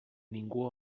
ningú